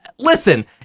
listen